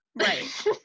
Right